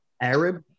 arab